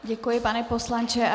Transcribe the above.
Děkuji, pane poslanče.